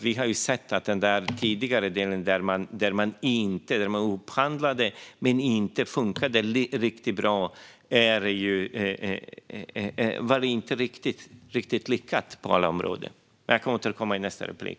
Vi har ju sett att den tidigare delen, där man upphandlade, inte funkade riktigt bra. Det var inte riktigt lyckat på alla områden. Jag kan återkomma i nästa replik.